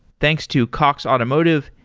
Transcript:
thanks to cox automotive,